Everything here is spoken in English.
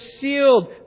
sealed